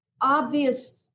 obvious